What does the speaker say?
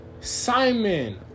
Simon